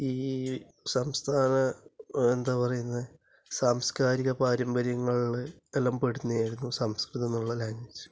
ഈ സംസ്ഥാന എന്താണ് പറയുന്നത് സാംസ്കാരിക പാരമ്പര്യങ്ങൾ എല്ലാം പെടുന്നതായിരുന്നു സംസ്കൃതം എന്നുള്ള ലാംഗ്വേജ്